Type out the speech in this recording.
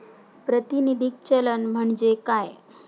प्रातिनिधिक चलन म्हणजे काय?